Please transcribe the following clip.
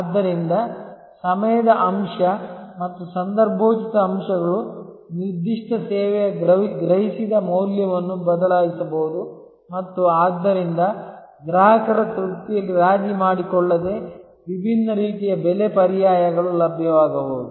ಆದ್ದರಿಂದ ಸಮಯದ ಅಂಶ ಮತ್ತು ಸಂದರ್ಭೋಚಿತ ಅಂಶಗಳು ನಿರ್ದಿಷ್ಟ ಸೇವೆಯ ಗ್ರಹಿಸಿದ ಮೌಲ್ಯವನ್ನು ಬದಲಾಯಿಸಬಹುದು ಮತ್ತು ಆದ್ದರಿಂದ ಗ್ರಾಹಕರ ತೃಪ್ತಿಯಲ್ಲಿ ರಾಜಿ ಮಾಡಿಕೊಳ್ಳದೆ ವಿಭಿನ್ನ ರೀತಿಯ ಬೆಲೆ ಪರ್ಯಾಯಗಳು ಲಭ್ಯವಾಗಬಹುದು